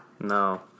No